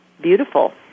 Beautiful